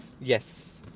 Yes